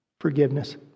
forgiveness